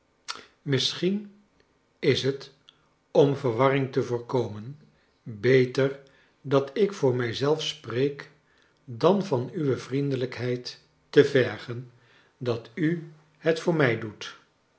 misschien is het r om verwarring te voorkomen beter dat ik voor mij zelf spreek dan van uwe vriendelijkheid te vergen dat u het voor mij doet